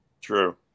true